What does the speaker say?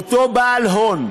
בעל הון,